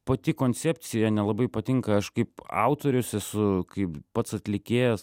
pati koncepcija nelabai patinka aš kaip autorius esu kaip pats atlikėjas